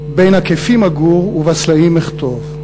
/ בין הכפים אגור / ובסלעים אכתוב.